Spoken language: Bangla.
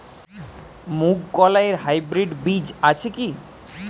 মুগকলাই এর হাইব্রিড বীজ আছে কি?